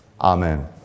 Amen